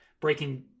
Breaking